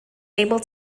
able